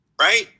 Right